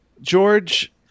George